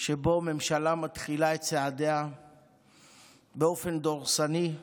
שבו ממשלה מתחילה את צעדיה באופן דורסני,